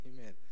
amen